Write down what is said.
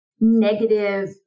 negative